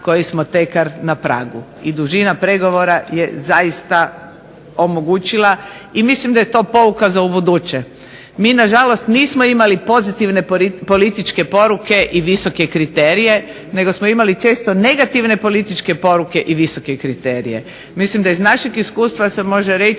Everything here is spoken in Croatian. koji smo tekar na pragu i dužina pregovora je zaista omogućila i mislim da je to pouka za u buduće. Mi na žalost nismo imali pozitivne političke poruke i visoke kriterije, nego smo imali često negativne političke poruke i visoke kriterije. Mislim da iz našeg iskustva se može reći